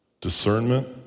Discernment